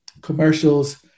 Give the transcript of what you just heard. commercials